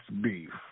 Beef